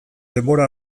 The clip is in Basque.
denbora